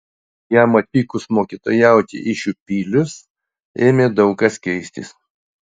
jam atvykus mokytojauti į šiupylius ėmė daug kas keistis